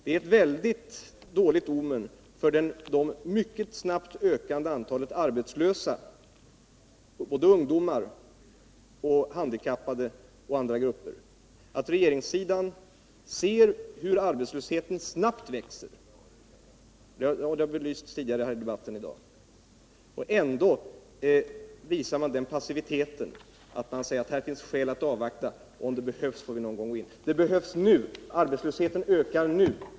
Det är ett dåligt omen för det mycket snabbt ökande antalet arbetslösa, såväl ungdomar som handikappade och andra grupper, att regeringssidan ser hur arbetslösheten snabbt växer — det har belysts tidigare i debatten i dag — och ändå säger att det finns skäl att avvakta; om det behövs får vi gå in. Det behövs nu. Arbetslösheten ökar nu.